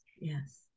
Yes